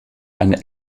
eine